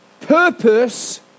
purpose